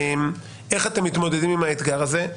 איך אתם מתמודדים עם האתגר הזה?